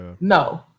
No